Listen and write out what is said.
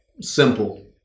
Simple